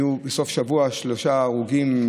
היו שלושה הרוגים,